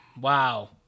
wow